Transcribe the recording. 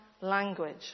language